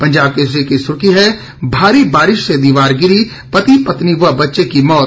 पंजाब केसरी की सुर्खी है भारी बारिश से दीवार गिरी पति पत्नी व बच्चे की मौत